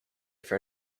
for